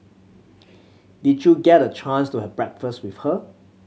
did you get a chance to have breakfast with her